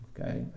okay